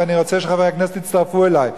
ואני רוצה שחברי הכנסת יצטרפו אלי,